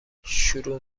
شروع